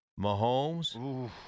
Mahomes